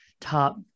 top